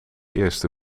eerste